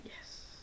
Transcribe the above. Yes